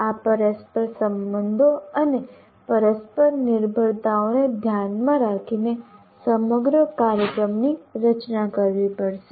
આ પરસ્પર સંબંધો અને પરસ્પર નિર્ભરતાઓને ધ્યાનમાં રાખીને સમગ્ર કાર્યક્રમની રચના કરવી પડશે